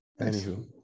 anywho